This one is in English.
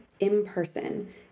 in-person